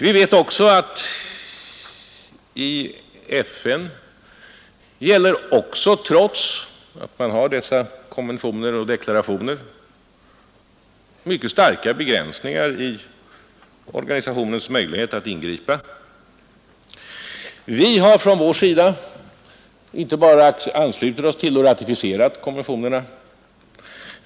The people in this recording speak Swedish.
Vi vet också att i FN gäller, trots att man har dessa konventioner och deklarationer, mycket starka begränsningar av organisationens möjligheter att ingripa. Vi har från vår sida inte bara anslutit oss till och ratificerat konventionerna.